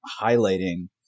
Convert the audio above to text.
highlighting